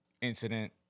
incident